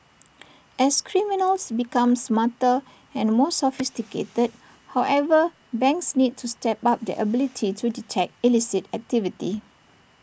as criminals become smarter and more sophisticated however banks need to step up their ability to detect illicit activity